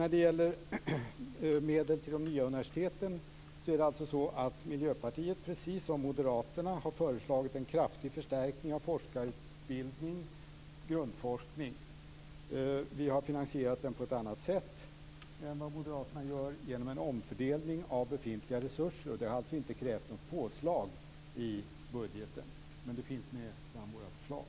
När det gäller medel till de nya universiteten har Miljöpartiet, precis som Moderaterna, föreslagit en kraftig förstärkning av forskarutbildningen inom grundforskningen. Vi har finansierat den på ett annat sätt än vad Moderaterna gör, nämligen genom en omfördelning av befintliga resurser. Det har alltså inte krävt något påslag i budgeten, men det finns med bland våra förslag.